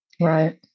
Right